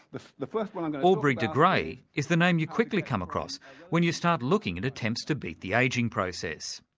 the the first one i'm going. aubrey de grey is the name you quickly come across when you start looking at attempts to beat the ageing process.